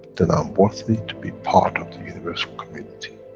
then i'm worthy to be part of the universal community.